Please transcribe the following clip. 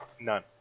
None